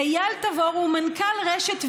אייל רביד הוא מנכ"ל רשת ויקטורי,